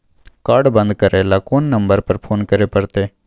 Card बन्द करे ल कोन नंबर पर फोन करे परतै?